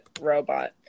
robot